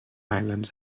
islands